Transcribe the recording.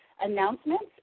announcements